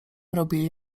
robili